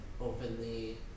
openly